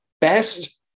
best